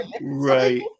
Right